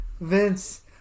Vince